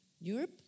Europe